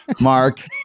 Mark